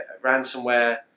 ransomware